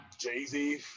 Jay-Z